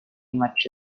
much